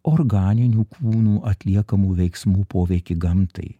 organinių kūnų atliekamų veiksmų poveikį gamtai